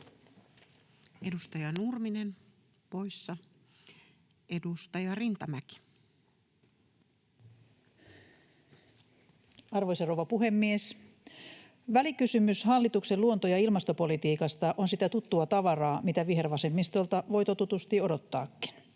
Edustaja Nurminen poissa. — Edustaja Rintamäki. Arvoisa rouva puhemies! Välikysymys hallituksen luonto- ja ilmastopolitiikasta on sitä tuttua tavaraa, mitä vihervasemmistolta voi totutusti odottaakin.